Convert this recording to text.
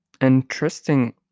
interesting